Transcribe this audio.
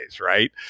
right